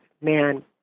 man